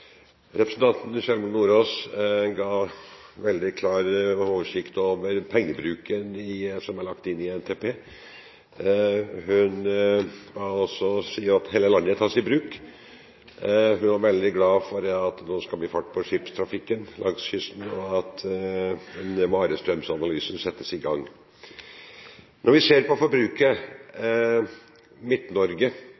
Representanten Sjelmo Nordås ga en veldig klar oversikt over pengebruken som er lagt inn i NTP. Hun sa også at hele landet tas i bruk, og hun var veldig glad for at det nå skal bli fart på skipstrafikken langs kysten, og at varestrømsanalysen settes i gang. Når vi ser på forbruket